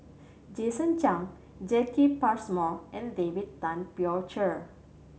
Jason Chan Jacki Passmore and David Tay Poey Cher